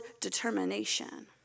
determination